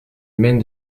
mène